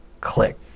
Click